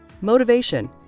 motivation